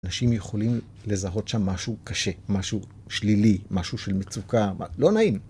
אנשים יכולים לזהות שם משהו קשה, משהו שלילי, משהו של מצוקה, לא נעים.